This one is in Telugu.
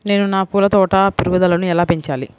నేను నా పూల తోట పెరుగుదలను ఎలా పెంచాలి?